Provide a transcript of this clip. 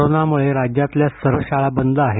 करोनामुळे राज्यातल्या सर्व शाळा बंद आहेत